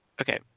okay